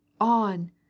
On